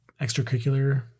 extracurricular